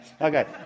Okay